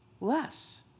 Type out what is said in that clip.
less